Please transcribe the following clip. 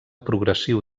progressiu